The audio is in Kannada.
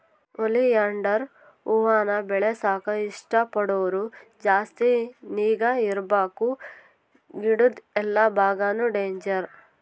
ಓಲಿಯಾಂಡರ್ ಹೂವಾನ ಬೆಳೆಸಾಕ ಇಷ್ಟ ಪಡೋರು ಜಾಸ್ತಿ ನಿಗಾ ಇರ್ಬಕು ಗಿಡುದ್ ಎಲ್ಲಾ ಬಾಗಾನು ಡೇಂಜರ್